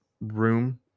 room